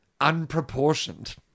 Unproportioned